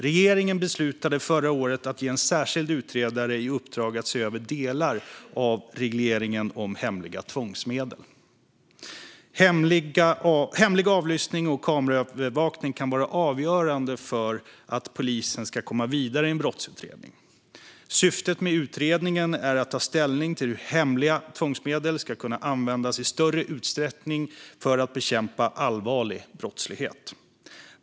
Regeringen beslutade förra året att ge en särskild utredare i uppdrag att se över delar av regleringen av hemliga tvångsmedel. Hemlig avlyssning och kameraövervakning kan vara avgörande för att polisen ska komma vidare i en brottsutredning. Syftet med utredningen är att ta ställning till hur hemliga tvångsmedel ska kunna användas i större utsträckning för att bekämpa allvarlig brottslighet.